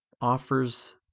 offers